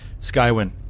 Skywin